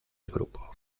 grupo